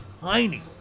tiny